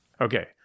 Okay